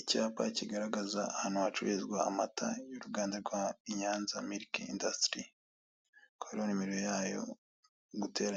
Icyapa kigaragaza ahantu hacururizwa amata y 'uruganda rwa i Nyanza milk industry hakaba hariho nimero yayo +25079027449 hakaba